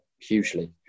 hugely